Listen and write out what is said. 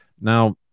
Now